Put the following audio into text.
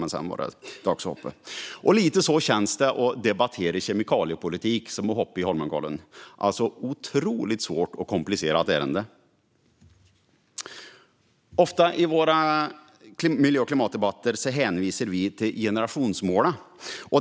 Lite som att hoppa i Holmenkollen känns det att debattera kemikaliepolitik - ett otroligt svårt och komplicerat område. Ofta i våra miljö och klimatdebatter hänvisar vi till generationsmålet.